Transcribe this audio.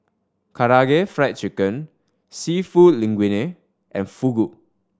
Karaage Fried Chicken Seafood Linguine and Fugu